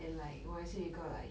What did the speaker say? and like 我也是有一个 like